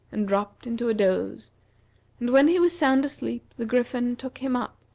and dropped into a doze and when he was sound asleep the griffin took him up,